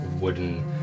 wooden